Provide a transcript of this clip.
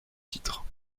titre